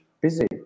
busy